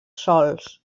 sòls